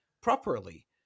properly